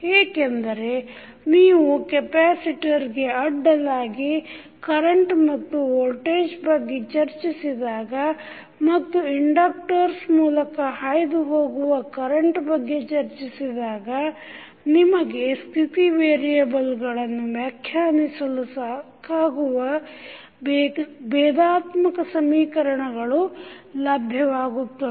ಏಕೆಂದರೆ ನೀವು ಕೆಪ್ಯಾಸಿಟರ್ಗೆ ಅಡ್ಡಲಾಗಿ ಕರೆಂಟ್ ಮತ್ತು ವೋಲ್ಟೇಜ್ ಬಗ್ಗೆ ಚರ್ಚಿಸಿದಾಗ ಮತ್ತು ಇಂಡಕ್ಟರ್ಸ್ ಮೂಲಕ ಹಾಯ್ದು ಹೋಗುವ ಕರೆಂಟ್ ಬಗ್ಗೆ ಚರ್ಚಿಸಿದಾಗ ನಿಮಗೆ ಸ್ಥಿತಿ ವೇರಿಯೆಬಲ್ಗಳನ್ನು ವ್ಯಾಖ್ಯಾನಿಸಲು ಸಾಕಾಗುವ ಭೇದಾತ್ಮಕ ಸಮೀಕರಣಗಳು ಲಭ್ಯವಾಗುತ್ತದೆ